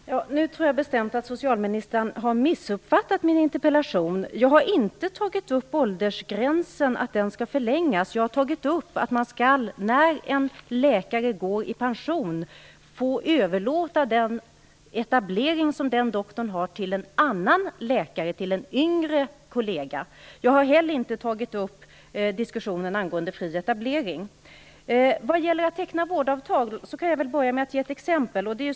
Fru talman! Nu tror jag bestämt att socialministern har missuppfattat min interpellation. Jag har inte tagit upp frågan om att åldersgränsen skall höjas. Jag har sagt, att när en läkare går i pension skall man få överlåta den etablering som den doktorn har till en annan läkare, en yngre kollega. Jag har heller inte tagit upp diskussionen angående fri etablering. Vad gäller frågan om att teckna vårdavtal kan jag börja med att ge ett exempel.